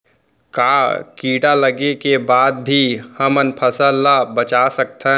का कीड़ा लगे के बाद भी हमन फसल ल बचा सकथन?